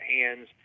hands